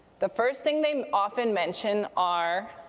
the first thing they often mention are